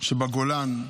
שבגולן.